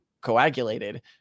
coagulated